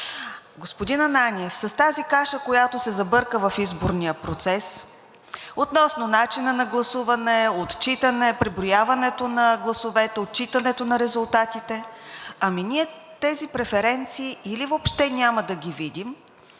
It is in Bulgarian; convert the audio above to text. Господин Ананиев, с тази каша, която се забърка в изборния процес – относно начина на гласуване, отчитане, преброяването на гласовете, отчитането на резултатите, ами ние тези преференции или въобще няма да ги видим,